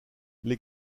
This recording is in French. les